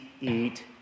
eat